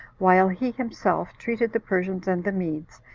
while he himself treated the persians and the medes,